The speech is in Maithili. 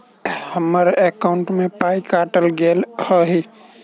हम्मर एकॉउन्ट मे पाई केल काटल गेल एहि